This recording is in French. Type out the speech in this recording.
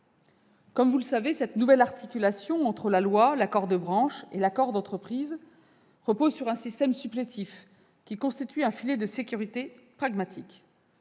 Comme vous le savez, cette nouvelle articulation entre la loi, l'accord de branche et l'accord d'entreprise repose sur un système supplétif qui constitue un filet de sécurité pragmatique